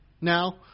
now